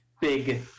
big